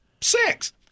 Six